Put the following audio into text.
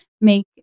make